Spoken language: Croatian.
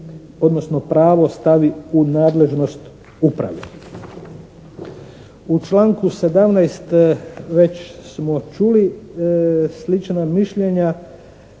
odnosno pravo stavi u nadležnost upravi. U članku 17. već smo čuli slična mišljenja.